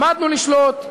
למדנו לשלוט.